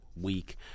week